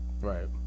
Right